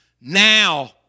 Now